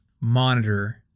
monitor